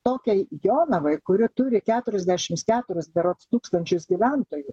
tokiai jonavai kuri turi keturiasdešimts keturis berods tūkstančius gyventojų